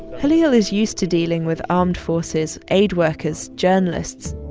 ah ah is used to dealing with armed forces, aid workers, journalists.